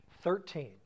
Thirteen